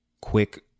quick